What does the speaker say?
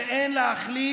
אתה מכליל